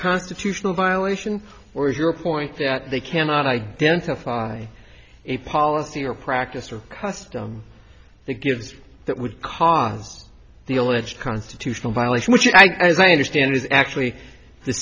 constitutional violation or is your point that they cannot identify a policy or practice or custom that gives that would cause the alleged constitutional violation which as i understand is actually the